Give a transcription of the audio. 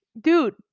dude